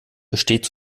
besteht